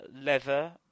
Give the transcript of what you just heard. leather